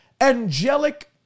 angelic